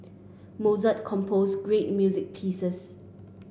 Mozart composed great music pieces